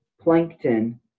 Plankton